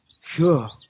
Sure